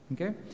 Okay